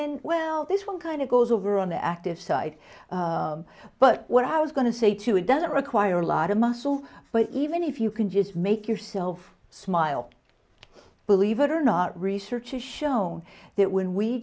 then well this one kind of goes over on the active side but what i was going to say too it doesn't require a lot of muscle but even if you can just make yourself smile believe it or not research has shown that when we